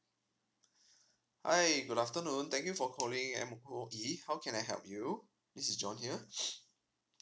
hi good afternoon thank you for calling M_O_E how can I help you this is john here